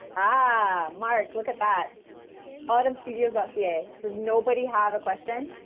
ah mark look at that autumn studios dossier does nobody have a question